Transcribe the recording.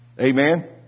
Amen